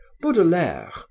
Baudelaire